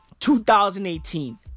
2018